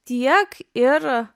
tiek ir